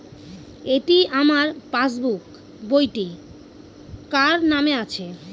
এটি আমার পাসবুক বইটি কার নামে আছে?